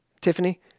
Tiffany